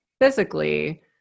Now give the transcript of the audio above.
physically